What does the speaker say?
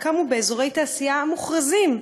קמו באזורי תעשייה מוכרזים,